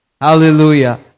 Hallelujah